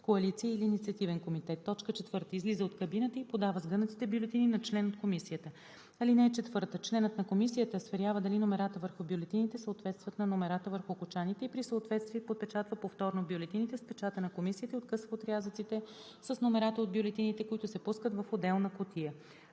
коалиция или инициативен комитет; 3. излиза от кабината и подава сгънатите бюлетини на член на комисията. (4) Членът на комисията сверява дали номерата върху бюлетините съответстват на номерата върху кочаните и при съответствие подпечатва повторно бюлетините с печата на комисията и откъсва отрязъците с номерата от бюлетините, които се пускат в отделна кутия.